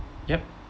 yup